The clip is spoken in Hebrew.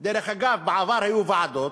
דרך אגב, בעבר היו ועדות